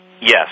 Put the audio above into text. Yes